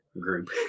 group